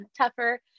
tougher